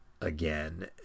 again